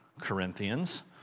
Corinthians